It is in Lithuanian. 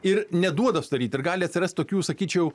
ir neduoda sudaryt ir gali atsirast tokių sakyčiau